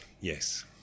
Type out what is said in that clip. Yes